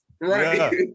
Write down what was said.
Right